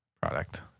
product